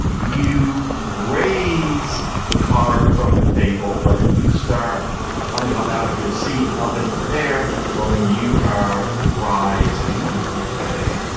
you raise the card from the table but if you start coming up out of your seat up into the air well then you are rising. ok.